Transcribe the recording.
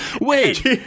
Wait